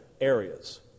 areas